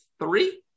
three